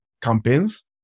campaigns